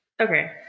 Okay